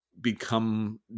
become